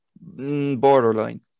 borderline